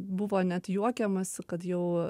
buvo net juokiamasi kad jau